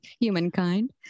humankind